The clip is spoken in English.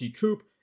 coupe